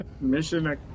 Mission